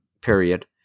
period